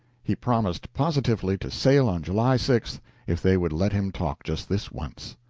he promised positively to sail on july sixth if they would let him talk just this once.